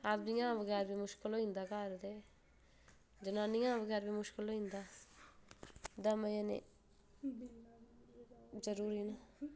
आदमी बगैर बी मुश्किल होई जंदा घर ते जनानियां बगैर बी मुश्किल होई जंदा दमें जनें जरुरी ना